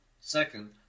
Second